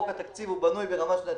חוק התקציב בנוי ברמה שנתית,